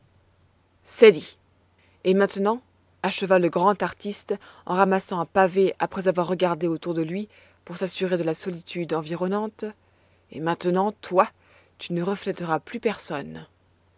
dit et maintenant acheva le grand artiste en ramassant un pavé après avoir regardé autour de lui pour s'assurer de la solitude environnante et maintenant toi tu ne reflèteras plus personne